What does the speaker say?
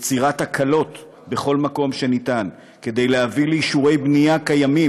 יצירת הקלות בכל מקום שאפשר כדי להביא לאישור בנייה שכבר